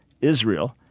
Israel